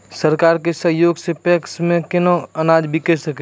सरकार के सहयोग सऽ पैक्स मे केना अनाज बिकै छै?